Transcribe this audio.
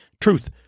Truth